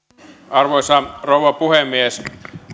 arvoisa rouva puhemies